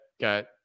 got